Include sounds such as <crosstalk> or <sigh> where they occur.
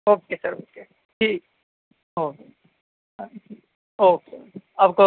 okay sir okay ٹھیک okay okay <unintelligible>